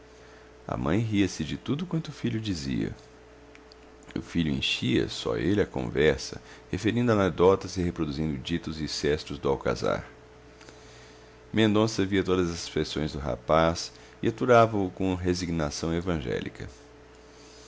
a mãe ria-se de tudo quanto o filho dizia o filho enchia só ele a conversa referindo anedotas e reproduzindo ditos e sestros do alcazar mendonça via todas essas feições do rapaz e aturava o com resignação evangélica